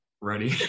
ready